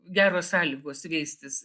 geros sąlygos veistis